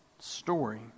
story